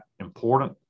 important